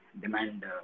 Demand